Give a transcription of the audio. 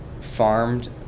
farmed